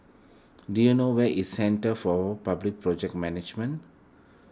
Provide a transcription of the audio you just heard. do you know where is Centre for Public Project Management